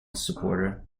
supporter